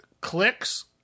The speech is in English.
clicks